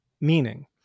meaning